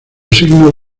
signos